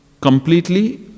completely